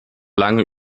lange